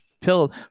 pill